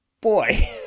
boy